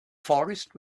forest